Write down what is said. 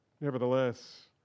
Nevertheless